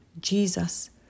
Jesus